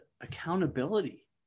accountability